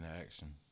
action